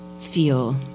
feel